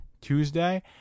Tuesday